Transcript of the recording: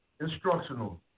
instructional